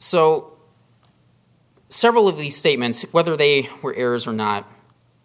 so several of these statements whether they were errors or not